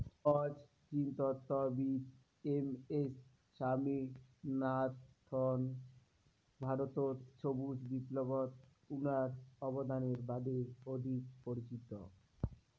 গছ জিনতত্ত্ববিদ M S Swaminathan ভারতত সবুজ বিপ্লবত উনার অবদানের বাদে অধিক পরিচিত